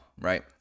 right